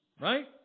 Right